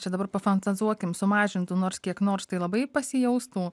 čia dabar pafantazuokim sumažintų nors kiek nors tai labai pasijaustų